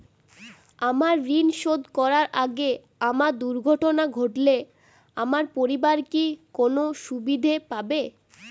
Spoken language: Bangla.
আমার ঋণ শোধ করার আগে আমার দুর্ঘটনা ঘটলে আমার পরিবার কি কোনো সুবিধে পাবে?